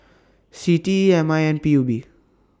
C T E M I and P U B